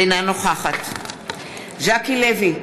אינה נוכחת ז'קי לוי,